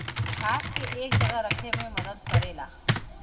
घास के एक जगह रखे मे मदद करेला